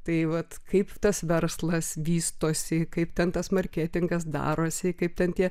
tai vat kaip tas verslas vystosi kaip ten tas marketingas darosi kaip ten tie